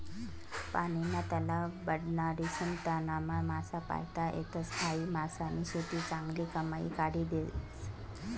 पानीना तलाव बनाडीसन त्यानामा मासा पायता येतस, हायी मासानी शेती चांगली कमाई काढी देस